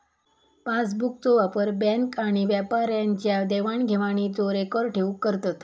पासबुकचो वापर बॅन्क आणि व्यापाऱ्यांच्या देवाण घेवाणीचो रेकॉर्ड ठेऊक करतत